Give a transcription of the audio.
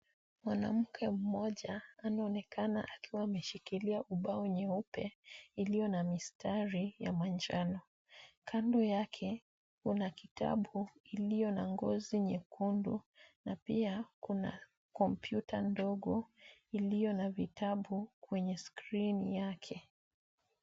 Mwanamke mmoja anaonekana akiwa ameshikilia ubao nyeupe iliyo na mistari ya manjano. Kando yake kuna kitabu iliyo na ngozi nyekundu na pia kuna kompyuta ndogo iliyo na vitabu kwenye skrini yake